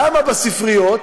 למה בספריות?